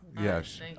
Yes